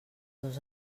dos